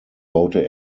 baute